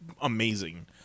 amazing